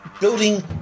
Building